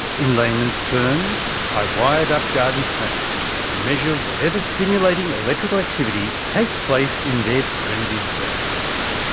in layman's terms i wired up garden snails to measure whatever stimulating electrical activity takes place in their primitive brains.